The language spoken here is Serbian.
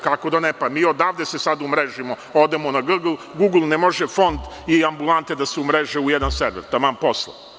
Kako da ne, pa mi odavde se sad umeržujemo, odemo na Gugl ne može Fond i ambulante da se umreže u jedan server, taman posla.